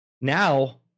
Now